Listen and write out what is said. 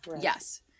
Yes